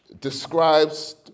Describes